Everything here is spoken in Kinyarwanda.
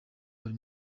buri